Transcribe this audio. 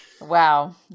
wow